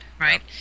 right